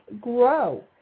grow